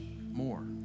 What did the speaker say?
more